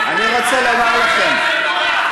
הלכתם בשביל העשירים.